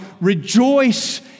rejoice